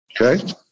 Okay